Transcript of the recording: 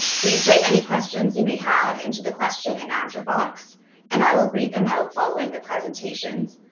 please type any questions you may have into the question and answer box and i will read them out following the presentations.